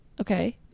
okay